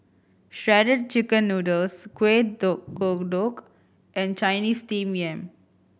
Shredded Chicken Noodles kuih kodok and Chinese Steamed Yam